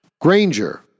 Granger